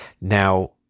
Now